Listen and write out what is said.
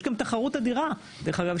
יש גם תחרות אדירה דרך אגב,